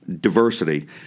diversity